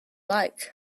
like